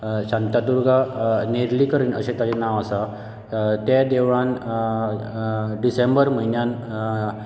शांतादूर्गा नेर्लीकरीण अशें ताचें नांव आसा तें देवळांत डिसेंबर म्हयन्यांत